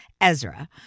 Ezra